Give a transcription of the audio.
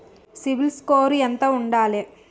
CIBIL score ఎంత ఉండాలే?